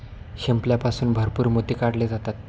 शिंपल्यापासून भरपूर मोती काढले जातात